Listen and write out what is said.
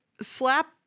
slap